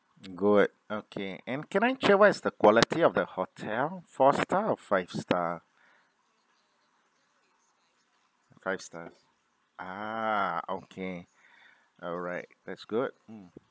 good okay and can I check what is the quality of the hotel four star or five star five stars ah okay alright that's good